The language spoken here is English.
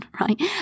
right